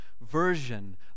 version